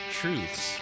truths